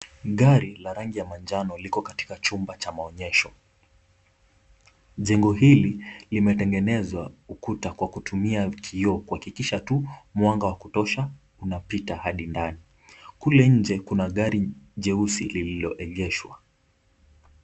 Gari la rangi ya manjano liko katika chumba cha maonyesho. Jengo hili limetengenezwa ukuta kwa kutumia kioo kwa kuhakikisha tu mwanga wa kutosha unapita hadi ndani. Kule nje kuna gari jeusi lililoegeshwa.